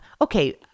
Okay